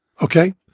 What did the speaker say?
okay